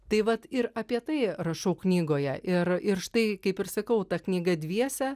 tai vat ir apie tai rašau knygoje ir ir štai kaip ir sakau ta knyga dviese